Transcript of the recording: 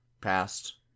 past